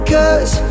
Cause